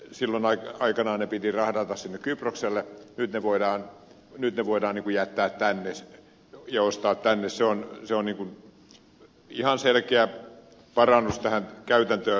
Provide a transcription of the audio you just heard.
silloin aikanaan ne piti rahdata sinne kyprokselle nyt ne voidaan ostaa ja jättää tänne se on ihan selkeä parannus tähän käytäntöön